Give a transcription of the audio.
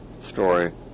story